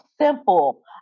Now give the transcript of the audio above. simple